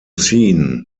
seen